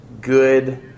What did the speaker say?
Good